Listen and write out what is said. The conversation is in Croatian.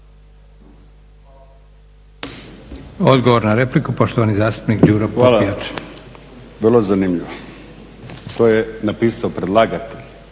Odgovor na repliku, poštovani zastupnik Đuro Popijač. **Popijač, Đuro (HDZ)** Hvala. Vrlo zanimljivo. To je napisao predlagatelj,